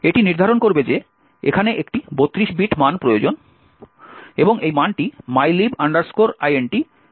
এটি নির্ধারণ করবে যে এখানে একটি 32 বিট মান প্রয়োজন এবং এই মানটি mylib int এর সাথে মিলে যায়